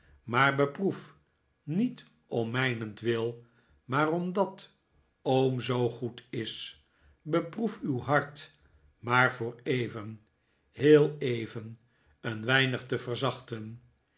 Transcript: maar beproef niet om mijnentwil maar omdat oom zoo goed is beproef uw hart maar voor even heel even een weinig te verzachten